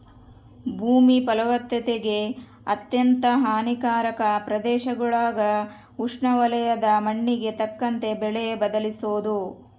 ಭೂಮಿ ಫಲವತ್ತತೆಗೆ ಅತ್ಯಂತ ಹಾನಿಕಾರಕ ಪ್ರದೇಶಗುಳಾಗ ಉಷ್ಣವಲಯದ ಮಣ್ಣಿಗೆ ತಕ್ಕಂತೆ ಬೆಳೆ ಬದಲಿಸೋದು